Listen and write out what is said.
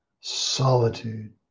solitude